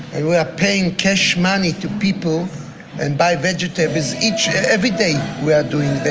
and we are paying cash money to people and buy vegetables each, every day, we are doing